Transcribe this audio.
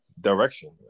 direction